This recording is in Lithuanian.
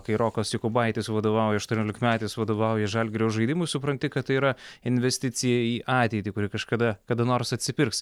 kai rokas jokubaitis vadovauja aštuoniolikmetis vadovauja žalgirio žaidimui supranti kad tai yra investicija į ateitį kuri kažkada kada nors atsipirks